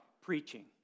preaching